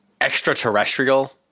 Extraterrestrial